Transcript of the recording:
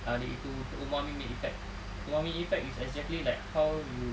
ada itu umami punya effect umami effect is exactly like how you